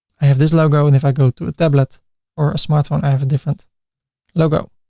i have this logo and if i go to a tablet or a smartphone i have a different logo.